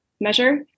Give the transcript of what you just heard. measure